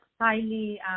highly